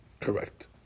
Correct